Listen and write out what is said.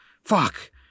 Fuck